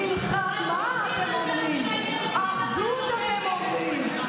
מלחמה אתם אומרים, אחדות אתם אומרים.